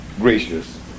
gracious